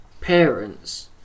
Parents